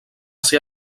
ser